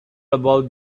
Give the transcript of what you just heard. about